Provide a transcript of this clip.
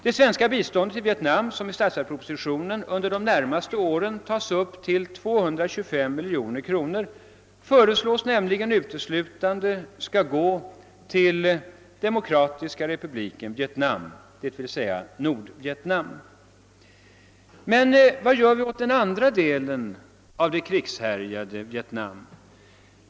Det svenska biståndet till Vietnam, som i statsverkspropositionen tas upp till 225 miljoner kronor under de närmaste åren, föreslås nämligen uteslutande skola gå till Demokratiska republiken Vietnam, d.v.s. Nordvietnam. Men vad gör vi åt den andra delen av det krigshärjade Vietnam?